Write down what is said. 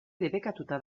debekatuta